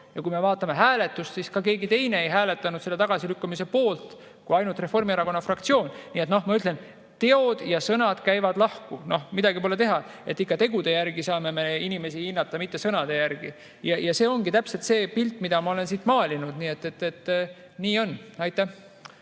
Ja kui me vaatame hääletust, siis keegi teine ei hääletanud selle tagasilükkamise poolt kui ainult Reformierakonna fraktsioon. Nii et noh, ma ütlen, et teod ja sõnad käivad lahku. Midagi pole teha, ikka tegude järgi saame me inimesi hinnata, mitte sõnade järgi. Ja see ongi täpselt see pilt, mida ma olen siin maalinud. Nii on. Aitäh!